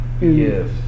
Yes